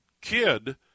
kid